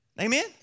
Amen